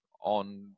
on